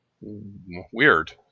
Weird